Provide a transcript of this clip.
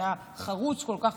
אתה חרוץ כל כך,